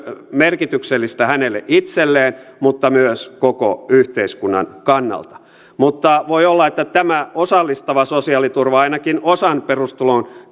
merkityksellistä hänelle itselleen mutta myös koko yhteiskunnan kannalta mutta voi olla että tämä osallistava sosiaaliturva ainakin osan perustulon